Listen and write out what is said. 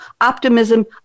optimism